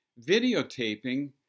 videotaping